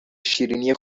شیرینی